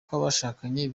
kw’abashakanye